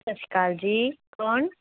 ਸਤਿ ਸ਼੍ਰੀ ਅਕਾਲ ਜੀ ਕੌਣ